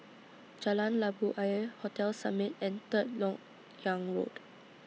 Jalan Labu Ayer Hotel Summit and Third Lok Yang Road